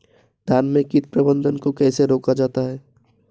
धान में कीट प्रबंधन को कैसे रोका जाता है?